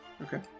Okay